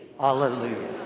Hallelujah